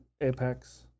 Apex